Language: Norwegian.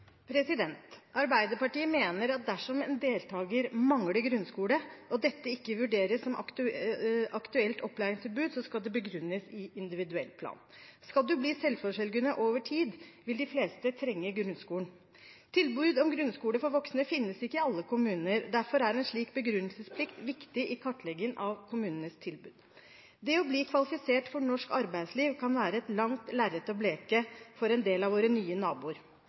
Arbeiderpartiet mener at dersom en deltaker mangler grunnskole og dette ikke vurderes som et aktuelt opplæringstilbud, skal det begrunnes i individuell plan. Skal man bli selvforsørgende over tid, vil de fleste trenge grunnskolen. Tilbud om grunnskole for voksne finnes ikke i alle kommuner, derfor er en slik begrunnelsesplikt viktig i kartleggingen av kommunenes tilbud. Å bli kvalifisert for norsk arbeidsliv kan være et langt lerret å bleke for en del av våre nye naboer.